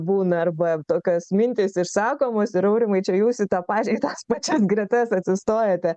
būna arba tokios mintys išsakomos ir aurimai čia jūs į tą pačią į tas pačias gretas atsistojate